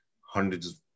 hundreds